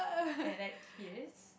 Alex fierce